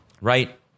Right